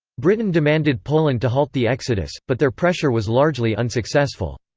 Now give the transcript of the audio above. britain demanded poland to halt the exodus, but their pressure was largely unsuccessful.